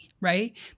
Right